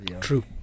True